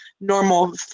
normal